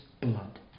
blood